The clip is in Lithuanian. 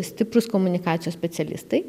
stiprūs komunikacijos specialistai